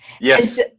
yes